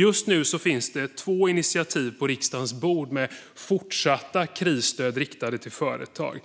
Just nu finns det två initiativ på riksdagens bord om fortsatta krisstöd riktade till företag.